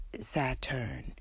Saturn